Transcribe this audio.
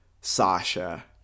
Sasha